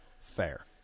fair